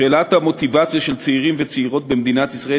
שאלת המוטיבציה של צעירים וצעירות במדינת ישראל